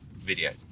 video